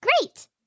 Great